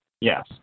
Yes